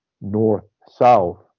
north-south